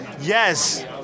Yes